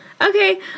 Okay